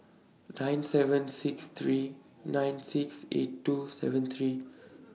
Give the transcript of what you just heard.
nine seven six three nine six eight two seven three